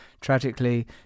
tragically